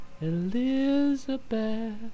Elizabeth